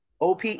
OPE